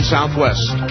Southwest